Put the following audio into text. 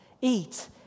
eat